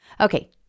Okay